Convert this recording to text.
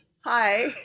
Hi